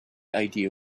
idea